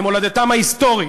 למולדתם ההיסטורית,